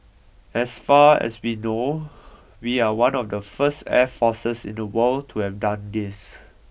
as far as we know we are one of the first air forces in the world to have done this